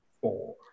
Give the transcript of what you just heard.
four